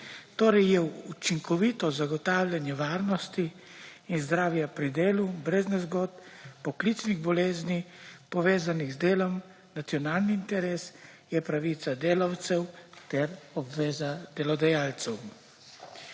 Torej je učinkovito zagotavljanje varnosti in zdravja pri delu brez nezgod, poklicnih bolezni, povezanih z delom, nacionalni interes, je pravica delavcev ter obveza delodajalcev.